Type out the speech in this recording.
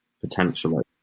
potentially